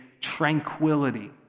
tranquility